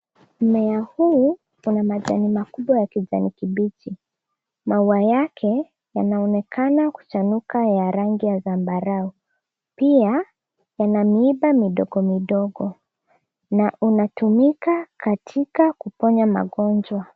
Mmea huu una majani makubwa ya kijani kibichi. Maua yake yanaonekana kuchanuka ya rangi ya zambarau. Pia yana miiba midogo midogo na inatumika katika kuponya magonjwa.